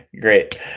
Great